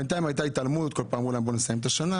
בינתיים הייתה התעלמות בכל פעם אמרו להם בואו נסיים את השנה,